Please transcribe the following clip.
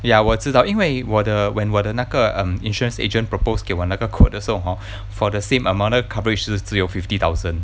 ya 我知道因为我的 when 我的那个 um insurance agent propose 给我那个 quote 的时候 hor for the same amount 那个 coverage 是只有 fifty thousand